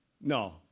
no